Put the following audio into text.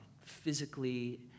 physically